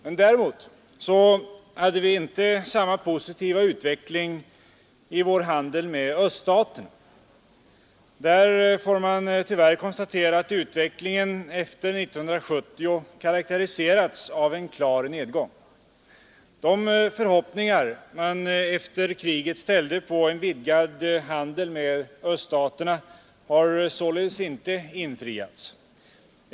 182 Däremot hade vi inte samma positiva utveckling i vår handel med öststaterna. Man får tyvärr konstatera att utvecklingen i det avseendet efter 1970 karakteriserats av en klar nedgång. De förhoppningar man efter kriget ställde på en vidgad handel med öststaterna har således inte infriats.